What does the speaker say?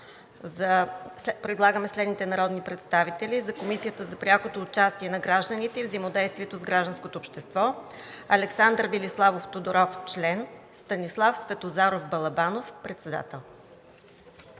предлагаме следните народни представители за Комисията за прякото участие на гражданите и взаимодействието с гражданското общество: Александър Велиславов Тодоров за член и Станислав Светозаров Балабанов за председател.